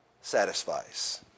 satisfies